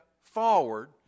forward